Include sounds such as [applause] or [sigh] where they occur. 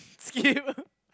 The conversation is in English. skip [laughs]